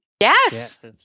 Yes